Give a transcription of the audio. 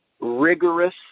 rigorous